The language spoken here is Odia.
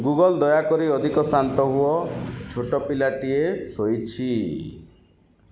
ଗୁଗୁଲ୍ ଦୟାକରି ଅଧିକ ଶାନ୍ତ ହୁଅ ଛୋଟ ପିଲାଟିଏ ଶୋଇଛି